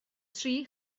tri